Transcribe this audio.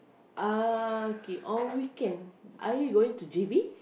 uh K on weekend are you going to J_B